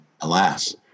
alas